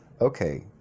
Okay